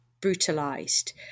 brutalized